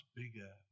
bigger